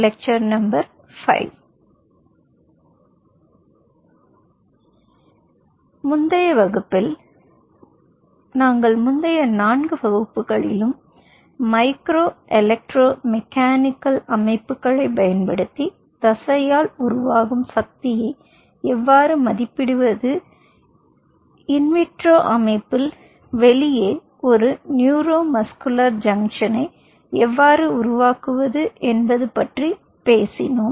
W8 L5 எனவே முந்தைய வகுப்பில் நாங்கள் முந்தைய 4 வகுப்புகளில் மைக்ரோ எலக்ட்ரோ மெக்கானிக்கல் அமைப்புகளைப் பயன்படுத்தி தசையால் உருவாகும் சக்தியை எவ்வாறு மதிப்பிடுவது இன் விட்ரோ அமைப்பில் வெளியே ஒரு நியூரோ மஸ்குலர் ஜங்ஷனை எவ்வாறு உருவாக்குவது என்பது பற்றி பேசினோம்